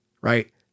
right